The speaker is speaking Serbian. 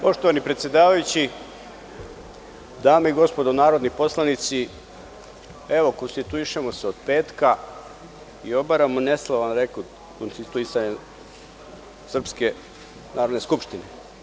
Poštovani predsedavajući, dame i gospodo narodni poslanici, evo konstituišemo se od petka i obaramo neslavan rekord konstituisanja srpske Narodne skupštine.